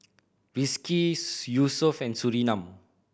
Rizqi Yusuf and Surinam